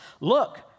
Look